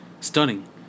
stunning